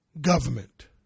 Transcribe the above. government